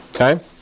Okay